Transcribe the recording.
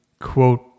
quote